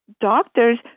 doctors